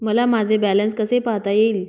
मला माझे बॅलन्स कसे पाहता येईल?